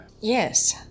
Yes